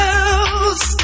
else